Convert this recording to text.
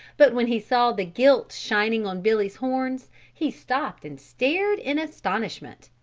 but when he saw the gilt shining on billy's horns he stopped and stared in astonishment.